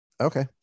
Okay